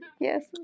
Yes